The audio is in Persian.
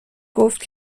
گفت